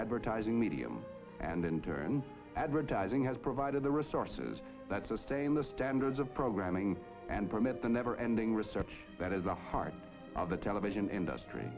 advertising medium and in turn advertising has provided the resources that sustain the standards of programming and permit the never ending research that is the heart of the television industry